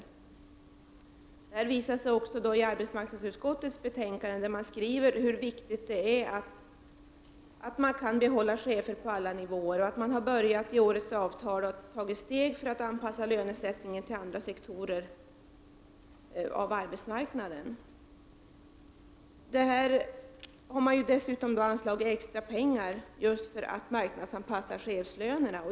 Det här visar sig också i arbetsmarknadsutskottets betänkande i ärendet, där det står att det är viktigt att kunna behålla chefer på alla nivåer och att man i årets avtal har börjat ta steg för att anpassa lönesättningen till andra sektorer av arbetsmarknaden. Dessutom har extra pengar anslagits just för en marknadsanpassning av chefslönerna.